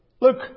Look